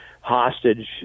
hostage